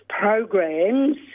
programs